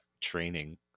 training